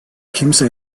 kimse